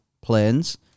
planes